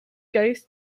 ghost